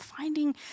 finding